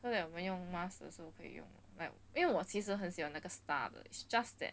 so that 我们用 mask 的时候可以用 like 因为我其实很喜欢那个 star it's just that